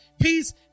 peace